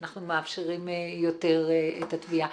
אנחנו מאפשרים יותר את התביעה.